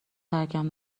ترکم